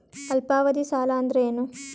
ಅಲ್ಪಾವಧಿ ಸಾಲ ಅಂದ್ರ ಏನು?